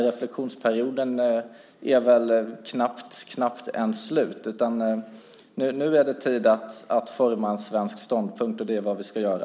Reflexionsperioden är knappt ens slut. Nu är det tid att forma en svensk ståndpunkt, och det är vad vi ska göra.